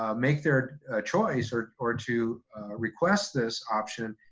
ah make their choice or or to request this option,